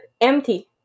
empty